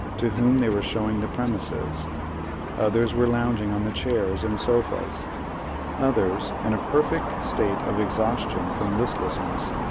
to whom they were showing the premises others were lounging on the chairs and sofas others, in a perfect state of exhaustion from listlessness,